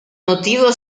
motivo